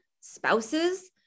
spouses